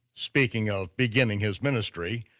speaking of beginning his ministry,